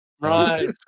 Right